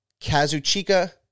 Kazuchika